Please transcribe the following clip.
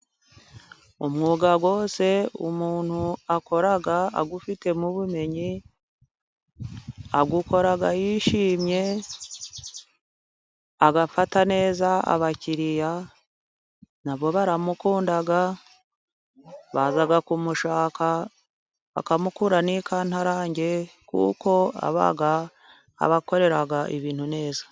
Umwuga wose umuntu akora awufitemo ubumenyi，awukora yishimye，agafata neza abakiriya， nabo baramukunda， baza kumushaka，bakamukura n’ikantarange， kuko aba abakorera ibintu neza.